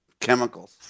chemicals